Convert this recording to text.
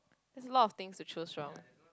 there's a lot of things to choose from